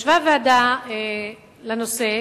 ישבה ועדה בנושא,